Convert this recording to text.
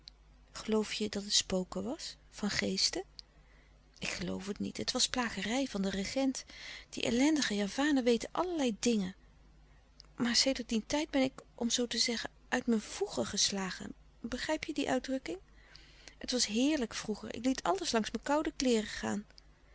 geloof je dat het spoken was van geesten ik geloof het niet het was plagerij van den regent die ellendige javanen weten allerlei dingen maar sedert dien tijd ben ik om zoo te zeggen uit mijn voegen geslagen begrijp je die uitdrukking het was heerlijk vroeger ik liet alles langs mijn koude kleêren gaan